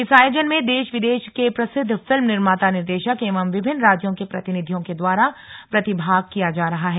इस आयोजन में देश विदेश के प्रसिद्व फिल्म निर्माता निर्देशक एवं विभिन्न राज्यों के प्रतिनिधियों के द्वारा प्रतिभाग किया जा रहा है